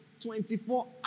24